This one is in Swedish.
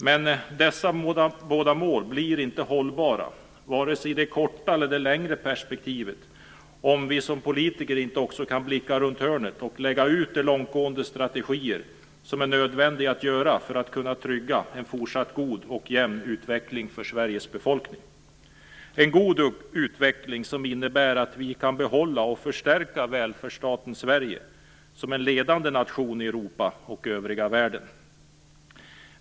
Men dessa båda mål blir inte hållbara vare sig i det korta eller det längre perspektivet om vi som politiker inte också kan blicka runt hörnet och lägga ut de långtgående strategier som är nödvändiga för att trygga en fortsatt god och jämn utveckling för Sveriges befolkning - en god utveckling som innebär att vi kan behålla och förstärka välfärdsstaten Sverige som en ledande nation i Europa och övriga världen.